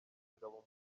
ingabo